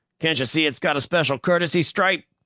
cantcha see it's got a special courtesy stripe?